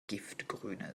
giftgrüne